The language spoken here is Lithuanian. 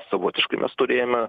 savotiškai mes turėjome